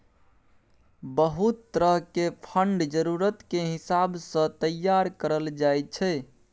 बहुत तरह के फंड जरूरत के हिसाब सँ तैयार करल जाइ छै